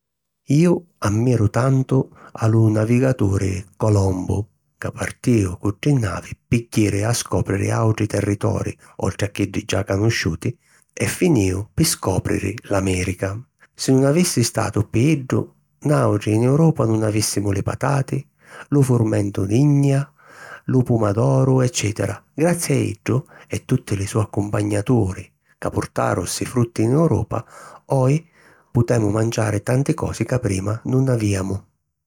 Iu ammiru tantu a lu navigaturi Colombu ca partìu cu tri navi pi jiri a scòpriri àutri territori oltri a chiddi già canusciuti e finìu pi scòpriri l’Amèrica. Si nun avissi statu pi iddu, nuàutri in Europa nun avìssimu li patati, lu furmentu d’innia, lu pumadoru, eccètera. Grazi a iddu e tutti li so' accumpagnaturi ca purtaru ssi frutti in Europa, oji putemu manciari tanti cosi ca prima nun avìamu.